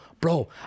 bro